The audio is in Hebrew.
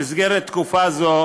בתקופה זו